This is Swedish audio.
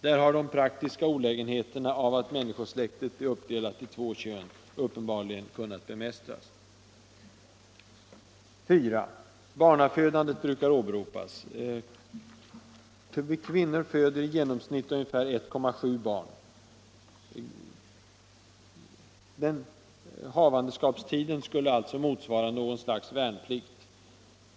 Där har de praktiska olägenheterna av att människosläktet är uppdelat i två kön uppenbarligen kunnat bemästras. För det fjärde brukar barnafödandet åberopas. Kvinnor föder i genomsnitt ungefär 1,7 barn. Graviditeten skulle alltså motsvara något slags ”värnplikt”.